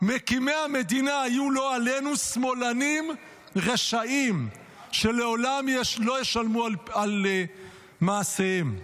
היו לא עלינו שמאלנים רשעים שלעולם לא ישלמו על מעשיהם.